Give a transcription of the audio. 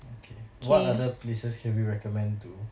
okay what other places can we recommend to